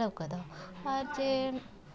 ᱞᱟᱹᱣᱠᱟᱹ ᱫᱚ ᱟᱨ ᱡᱮ